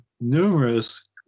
numerous